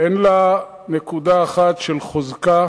אין לה נקודה אחת של חוזק,